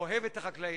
אוהב את החקלאים,